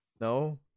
no